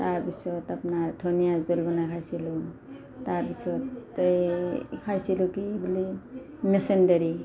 তাৰপিছত আপোনাৰ ধনীয়া জোল বনাই খাইছিলোঁ তাৰপিছত এই খাইছিলোঁ কি বোলে মেছেন্দেৰি